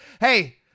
hey